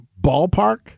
ballpark